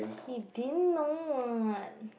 he didn't know [what]